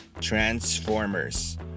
Transformers